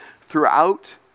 Throughout